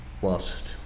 whilst